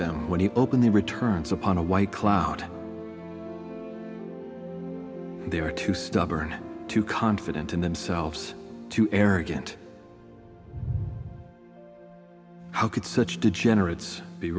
them when he opened the returns upon a white cloud they are too stubborn too confident in themselves too arrogant how could such degenerates be